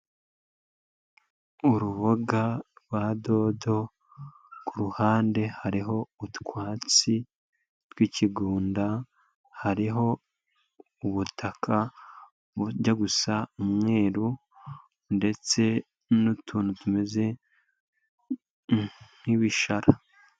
Uruboga rwa dodo kuruhande hariho utwatsi twikigunda hariho ubutaka bujya gusa umweru ndetse n'utuntu tumeze nk'ibishara.